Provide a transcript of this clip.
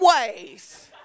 ways